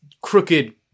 crooked